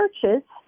churches